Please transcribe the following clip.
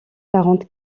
quarante